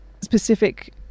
specific